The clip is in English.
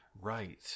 Right